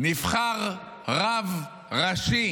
נבחר רב ראשי